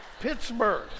Pittsburgh